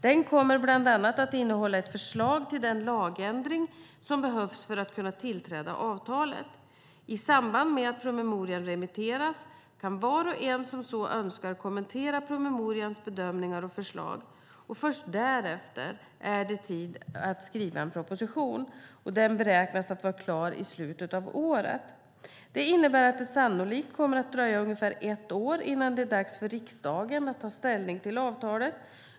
Den kommer bland annat att innehålla ett förslag till den lagändring som behövs för att kunna tillträda avtalet. I samband med att promemorian remitteras kan var och en som så önskar kommentera promemorians bedömningar och förslag. Först därefter är det tid att skriva en proposition. Den beräknas vara klar i slutet av året. Det innebär att det sannolikt kommer att dröja ungefär ett år innan det är dags för riksdagen att ta ställning till avtalet.